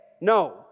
No